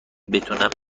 بتونم